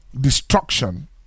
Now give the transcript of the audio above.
destruction